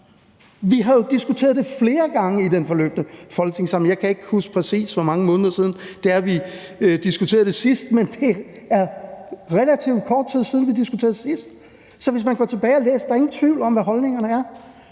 Vi har jo diskuteret det flere gange i den forløbne folketingssamling. Jeg kan ikke huske præcis, hvor mange måneder siden det er, vi sidst diskuterede det, men det er relativt kort tid siden, vi diskuterede det sidst. Så hvis man går tilbage og læser om det, er der ingen tvivl om, hvad holdningerne er.